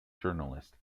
journalist